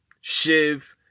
Shiv